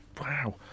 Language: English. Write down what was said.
wow